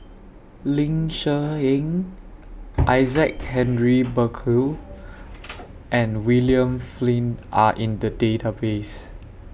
Ling Cher Eng Isaac Henry Burkill and William Flint Are in The Database